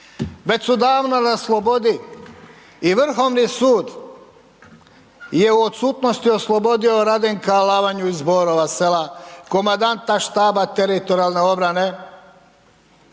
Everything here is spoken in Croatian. već su davno na slobodi. I Vrhovni sud je u odsutnosti oslobodio RAdenka Alavanju iz Borova Sela komandanta štaba teritorijalne obrane,